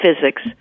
physics